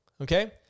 Okay